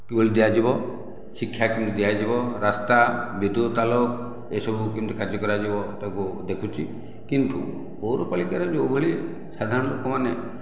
କିଭଳି ଦିଆଯିବ ଶିକ୍ଷା କେମିତି ଦିଆଯିବ ରାସ୍ତା ବିଦ୍ୟୁତ ଆଲୋକ ଏହିସବୁ କେମିତି କାର୍ଯ୍ୟ କରାଯିବ ତାକୁ ଦେଖୁଛି କିନ୍ତୁ ପୌରପାଳିକାର ଯେଉଁଭଳି ସାଧାରଣ ଲୋକମାନେ